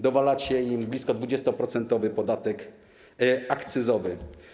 Dowalacie im blisko 20-procentowy podatek akcyzowy.